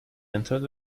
entered